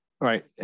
Right